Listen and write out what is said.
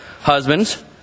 Husbands